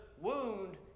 wound